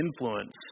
influence